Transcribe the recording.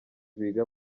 biga